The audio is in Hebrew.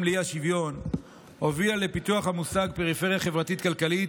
לאי-השוויון הביאה לפיתוח המושג פריפריה חברתית-כלכלית.